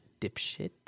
dipshit